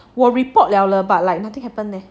我 report 了了 but like nothing happen leh